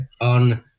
on